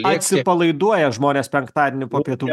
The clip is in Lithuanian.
atsipalaiduoja žmonės penktadienį po pietų